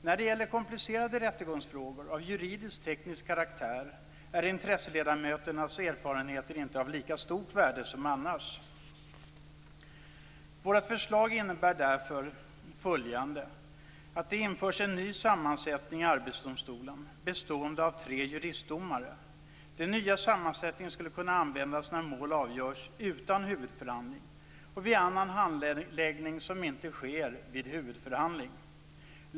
När det gäller komplicerade rättegångsfrågor, av juridisk-teknisk karaktär, är intresseledamöternas erfarenheter inte av lika stort värde som annars. Vårt förslag innebär därför följande: - Det införs en ny sammansättning i Arbetsdomstolen bestående av tre juristdomare. - Den nya sammansättningen skulle kunna användas när mål avgörs utan huvudförhandling och vid annan handläggning som inte sker vid huvudförhandling.